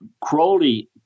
Crowley